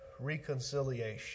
reconciliation